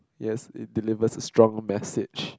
yes it delivers it's strong message